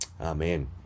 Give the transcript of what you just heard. Amen